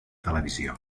televisió